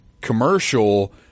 commercial